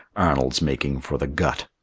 arnold's making for the gut.